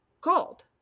called